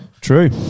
True